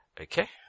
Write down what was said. Okay